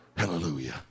Hallelujah